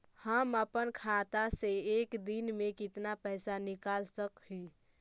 हम अपन खाता से एक दिन में कितना पैसा निकाल सक हिय?